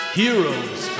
heroes